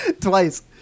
twice